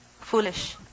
Foolish